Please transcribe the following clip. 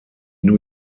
new